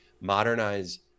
modernize